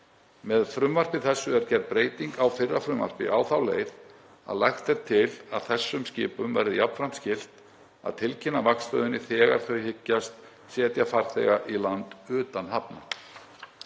Með frumvarpi þessu er gerð breyting á fyrra frumvarpi á þá leið að lagt er til að þessum skipum verði jafnframt skylt að tilkynna vaktstöðinni þegar þau hyggjast setja farþega í land utan hafna.